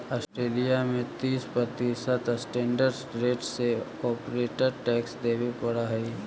Australia में तीस प्रतिशत स्टैंडर्ड रेट से कॉरपोरेट टैक्स देवे पड़ऽ हई